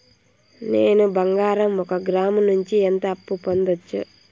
నేను బంగారం ఒక గ్రాము నుంచి ఎంత అప్పు పొందొచ్చు